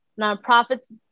nonprofits